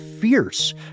Fierce